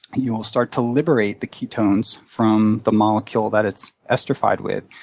you'll start to liberate the ketones from the molecule that it's esterified with,